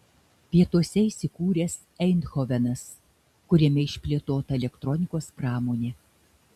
pietuose įsikūręs eindhovenas kuriame išplėtota elektronikos pramonė